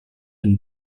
van